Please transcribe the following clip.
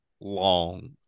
long